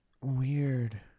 weird